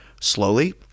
slowly